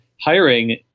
hiring